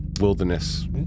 wilderness